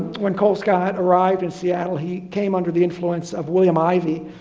when colescott arrived in seattle, he came under the influence of william ivey,